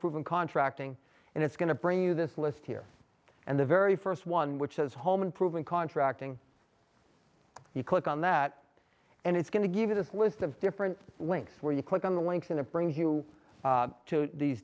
improvement contracting and it's going to bring you this list here and the very first one which says home improvement contracting you click on that and it's going to give you this list of different links where you click on the links and it brings you to these